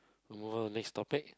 I'll move on to next topic